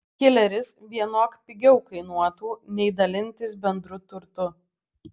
kileris vienok pigiau kainuotų nei dalintis bendru turtu